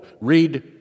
read